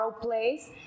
place